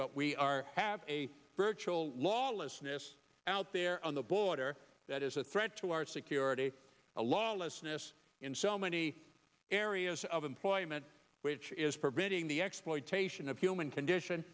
but we are have a virtual lawlessness out there on the border that is a threat to our security a lawless mess in so many areas of employment which is preventing the exploitation of human condition